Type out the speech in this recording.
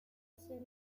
hacer